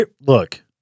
Look